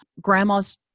grandma's